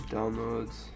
Downloads